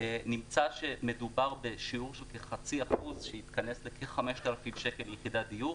נמצא שמדובר בשיעור של כחצי אחוז שהתכנס לכ-5,000 שקל ליחידת דיור